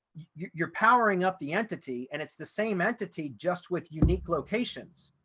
you're powering up the entity and it's the same entity just with unique locations.